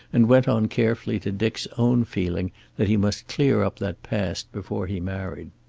and went on carefully to dick's own feeling that he must clear up that past before he married.